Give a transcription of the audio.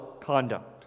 conduct